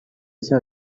rishya